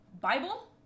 Bible